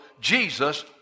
Jesus